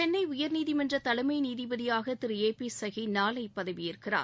சென்னை உயர்நீதிமன்ற தலைமை நீதிபதியாக திரு ஏ பி சஹி நாளை பதவியேற்கிறார்